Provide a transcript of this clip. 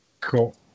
Cool